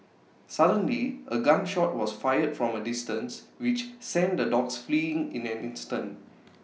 suddenly A gun shot was fired from A distance which sent the dogs fleeing in an instant